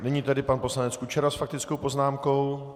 Nyní tedy pan poslanec Kučera s faktickou poznámkou.